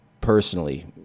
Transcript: personally